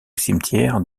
cimetière